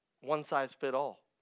one-size-fit-all